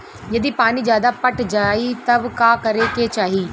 यदि पानी ज्यादा पट जायी तब का करे के चाही?